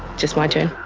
just my turn.